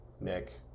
Nick